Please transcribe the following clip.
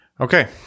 Okay